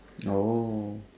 oh